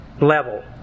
level